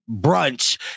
brunch